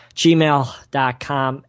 gmail.com